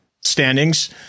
standings